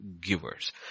givers